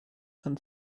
and